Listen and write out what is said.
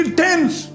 tense